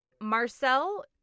Marcel